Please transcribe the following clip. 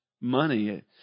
money